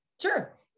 Sure